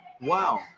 Wow